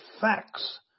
facts